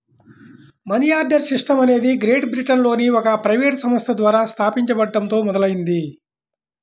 money order system అనేది great బ్రిటన్లోని ఒక ప్రైవేట్ సంస్థ ద్వారా స్థాపించబడటంతో మొదలైంది